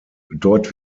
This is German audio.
dort